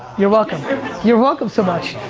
you're welcome you're welcome so much.